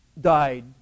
died